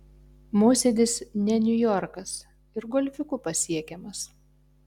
mosėdis ne niujorkas ir golfiuku pasiekiamas